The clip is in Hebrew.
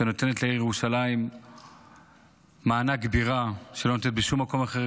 שנותנת לירושלים מענק בירה שהיא לא נותנת לשום מקום אחר,